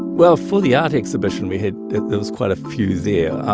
well, for the art exhibition, we had there was quite a few there.